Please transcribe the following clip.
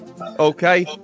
Okay